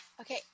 Okay